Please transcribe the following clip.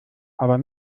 aber